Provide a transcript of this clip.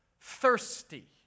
thirsty